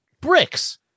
bricks